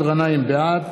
בעד